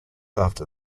after